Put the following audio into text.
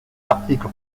l’article